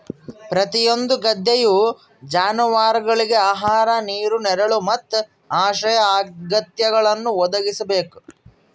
ಪ್ರತಿಯೊಂದು ಗದ್ದೆಯು ಜಾನುವಾರುಗುಳ್ಗೆ ಆಹಾರ ನೀರು ನೆರಳು ಮತ್ತು ಆಶ್ರಯ ಅಗತ್ಯಗಳನ್ನು ಒದಗಿಸಬೇಕು